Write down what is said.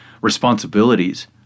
responsibilities